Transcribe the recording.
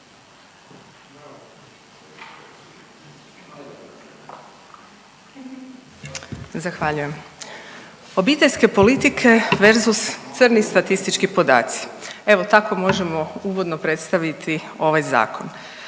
Zahvaljujem. Obiteljske politike verzus crni statistički podaci, evo tako možemo uvodno predstaviti ovaj zakon.